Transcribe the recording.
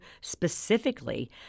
specifically